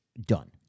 done